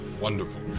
Wonderful